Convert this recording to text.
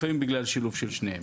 לפעמים בגלל שילוב של שניהם.